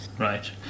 right